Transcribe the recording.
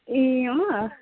ए अँ